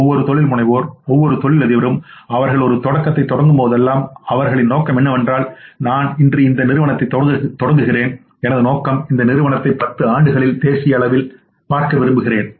ஒவ்வொரு தொழில் முனைவோர் ஒவ்வொரு தொழிலதிபரும் அவர்கள் ஒரு தொடக்கத்தைத் தொடங்கும்போதெல்லாம் அவர்களின் நோக்கம் என்னவென்றால் நான் இன்று இந்த நிறுவனத்தைத் தொடங்குகிறேன் எனது நோக்கம் இந்த நிறுவனத்தை 10 ஆண்டுகளில் தேசிய அளவில் பார்க்க விரும்புகிறேன்